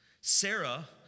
Sarah